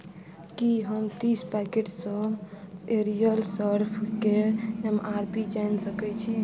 की हम तीस पैकेटसभ एरियल सर्फके एम आर पी जानि सकैत छी